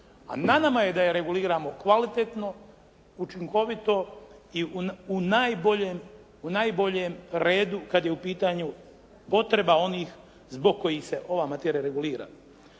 a na nama je da je reguliramo kvalitetno, učinkovito i u najboljem, u najboljem redu kad je u pitanju potreba onih zbog kojih se ova materija regulira.